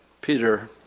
Peter